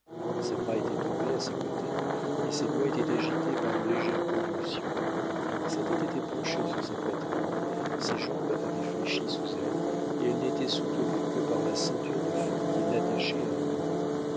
ses bras étaient tombés à ses côtés et ses doigts étaient agités par de légères convulsions sa tête était penchée sur sa poitrine ses jambes avaient fléchi sous elle et elle n'était soutenue que par la ceinture de feuilles qui l'attachait à un bouleau